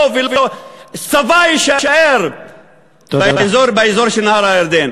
לא ולא, צבא יישאר באזור של נהר הירדן.